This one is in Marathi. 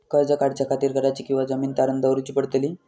कर्ज काढच्या खातीर घराची किंवा जमीन तारण दवरूची पडतली?